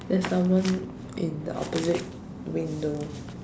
there's someone in the opposite window